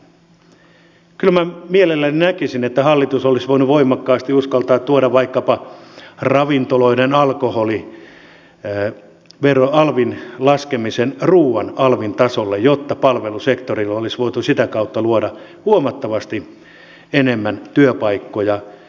kyllä minä mielelläni näkisin että hallitus olisi voinut voimakkaasti uskaltaa vaikkapa laskea ravintoloiden alkoholin alvin ruoan alvin tasolle jotta palvelusektorilla olisi voitu sitä kautta luoda huomattavasti enemmän työpaikkoja